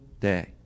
day